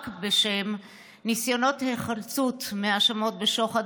בשם ניסיונות היחלצות מהאשמות בשוחד,